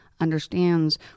understands